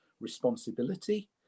responsibility